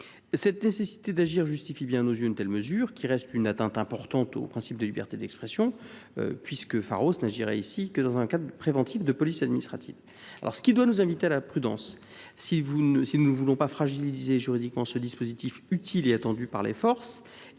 Cette nécessité d’agir justifie bien à nos yeux une telle mesure, qui reste une atteinte importante au principe de liberté d’expression, puisque Pharos n’agirait ici que dans un cadre préventif de police administrative. Cela doit nous inviter à la prudence, si nous ne voulons pas fragiliser juridiquement ce dispositif utile et attendu et risquer